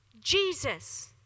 Jesus